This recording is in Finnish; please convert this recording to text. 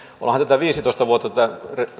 ollaanhan viisitoista vuotta tätä